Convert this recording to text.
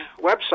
website